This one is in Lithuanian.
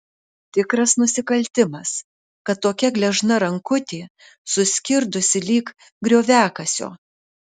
tikras nusikaltimas kad tokia gležna rankutė suskirdusi lyg grioviakasio